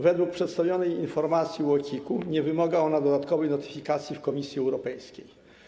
Według przedstawionej informacji UOKiK nie wymaga ona dodatkowej notyfikacji w Komisji Europejskiej.